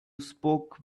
spoke